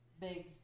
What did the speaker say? big